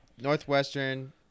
Northwestern